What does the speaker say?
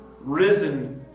risen